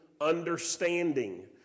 understanding